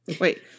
wait